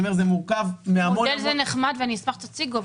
זה מורכב מהמון המון --- מודל זה נחמד ואני אשמח שתציגו,